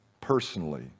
personally